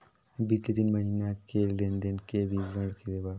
बितले तीन महीना के लेन देन के विवरण देवा?